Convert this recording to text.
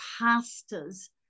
pastors